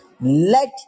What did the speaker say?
Let